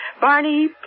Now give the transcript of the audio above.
Barney